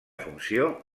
funció